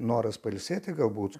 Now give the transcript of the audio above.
noras pailsėti galbūt